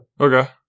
Okay